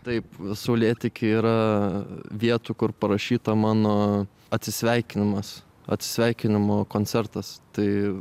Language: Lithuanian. taip saulėteky yra vietų kur parašyta mano atsisveikinimas atsisveikinimo koncertas tai